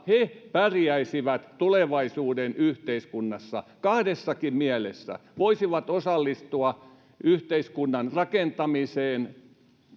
he pärjäisivät tulevaisuuden yhteiskunnassa kahdessakin mielessä he voisivat osallistua yhteiskunnan rakentamiseen